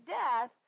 death